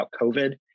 COVID